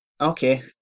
Okay